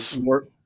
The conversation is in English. more